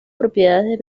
propiedades